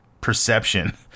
perception